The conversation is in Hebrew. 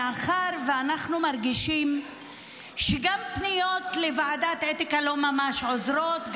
מאחר שאנחנו מרגישים שגם פניות לוועדת האתיקה לא ממש עוזרות,